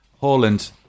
Holland